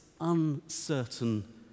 uncertain